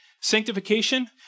sanctification